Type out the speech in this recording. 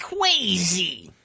crazy